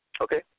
Okay